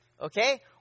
Okay